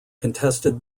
contested